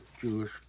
Jewish